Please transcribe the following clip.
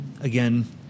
Again